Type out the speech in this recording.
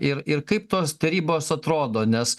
ir ir kaip tos tarybos atrodo nes